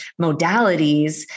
modalities